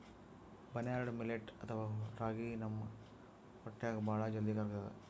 barnyard millet ಅಥವಾ ರಾಗಿ ನಮ್ ಹೊಟ್ಟ್ಯಾಗ್ ಭಾಳ್ ಜಲ್ದಿ ಕರ್ಗತದ್